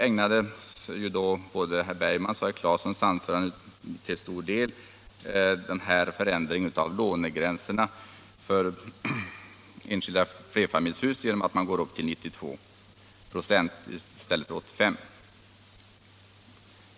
Både herr Bergman och herr Claeson ägnade sig i sina anföranden till stor del åt förändringen av lånegränserna för enskilda flerfamiljshus, där regeringen föreslår 92 ?6 mot nu 85 26.